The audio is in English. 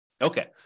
Okay